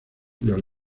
los